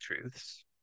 truths